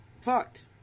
fucked